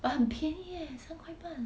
but 很便宜 leh 三块半